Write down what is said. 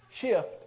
shift